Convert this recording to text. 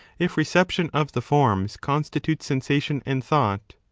if reception of the forms constitutes sensation and thought.